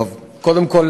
קודם כול,